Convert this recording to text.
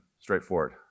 Straightforward